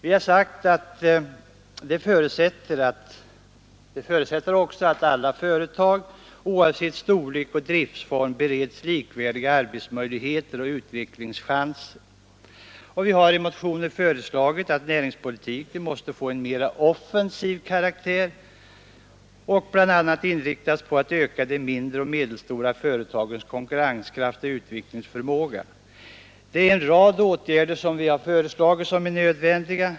Vi har sagt att det härför krävs att alla företag oavsett storlek och driftform bereds likvärdiga utvecklingsmöjligheter och arbetsmöjligheter. Vi har i motionen föreslagit att näringspolitiken skulle få en mera offensiv karaktär och bl.a. inriktas på att öka de mindre och medelstora företagens konkurrenskraft och utvecklingsförmåga. Det är en rad åtgärder som vi anser vara nödvändiga.